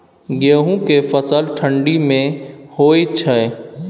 गेहूं के फसल ठंडी मे होय छै?